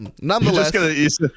Nonetheless-